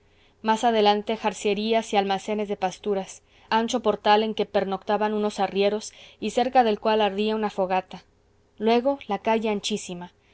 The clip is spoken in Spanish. más adelante jarcierías y almacenes de pasturas ancho portal en que pernoctaban unos arrieros y cerca del cual ardía una fogata luego la calle anchísima